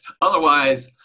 Otherwise